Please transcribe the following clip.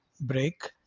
break